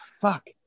Fuck